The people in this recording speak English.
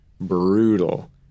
brutal